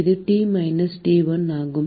இது T minus T1 ஆகும்